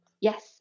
Yes